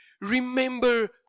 Remember